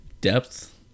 depth